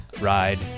Ride